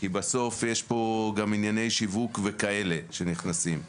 כי בסוף יש פה גם ענייני שיווק וכאלה שנכנסים.